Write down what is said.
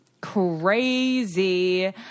crazy